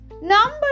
Number